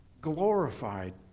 Glorified